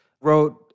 wrote